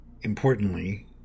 importantly